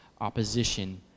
opposition